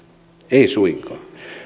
ei suinkaan